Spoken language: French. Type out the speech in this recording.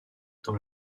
dans